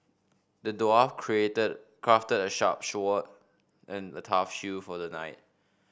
the dwarf crafted a sharp and a tough shield for the knight